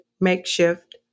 makeshift